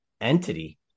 entity